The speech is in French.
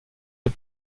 des